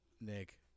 Nick